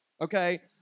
Okay